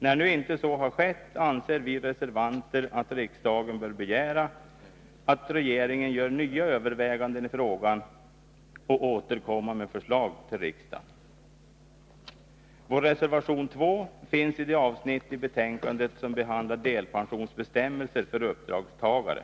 När nu inte så har skett anser vi reservanter att Nr 176 riksdagen bör begära att regeringen gör nya överväganden i frågan och Lördagen den återkommer med förslag till riksdagen. 12 juni 1982 Vår reservation 2 gäller det avsnitt i betänkandet som behandlar delpensionsbestämmelser för uppdragstagare.